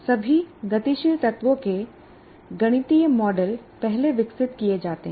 सभी गतिशील तत्वों के गणितीय मॉडल पहले विकसित किए जाते हैं